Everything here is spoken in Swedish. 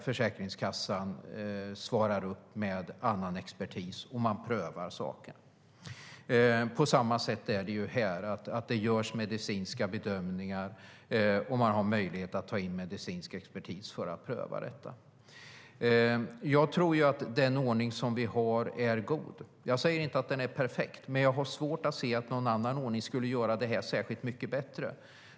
Försäkringskassan svarar med annan expertis, och saken prövas. På samma sätt är det här. Det görs medicinska bedömningar och man har möjlighet att ta in medicinsk expertis för att pröva fallet. Jag tror att den ordning vi har är god. Jag säger inte att den är perfekt, men jag har svårt att se att någon annan ordning skulle göra det hela särskilt mycket bättre.